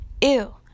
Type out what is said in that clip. ew